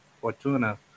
fortuna